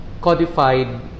codified